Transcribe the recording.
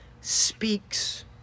speaks